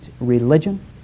religion